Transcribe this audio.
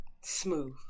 smooth